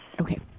Okay